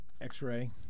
X-Ray